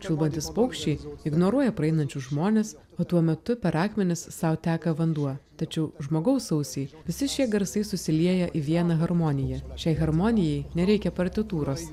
čiulbantys paukščiai ignoruoja praeinančius žmones o tuo metu per akmenis sau teka vanduo tačiau žmogaus ausiai visi šie garsai susilieja į vieną harmoniją šiai harmonijai nereikia partitūros